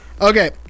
Okay